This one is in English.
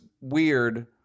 weird